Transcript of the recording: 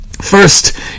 First